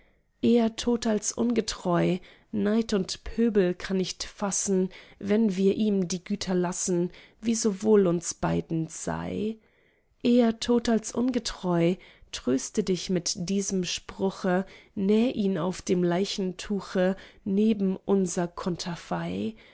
eher tot als ungetreu neid und pöbel kann nicht fassen wenn wir ihm die güter lassen wie so wohl uns beiden sei eher tot als ungetreu tröste dich mit diesem spruche näh ihn auf dem leichentuche neben unser konterfei